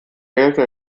gemälde